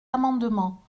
amendement